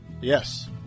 Yes